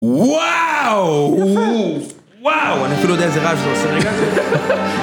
וואו! וואו, אני אפילו לא יודע איזה רעש זה עושה, רגע..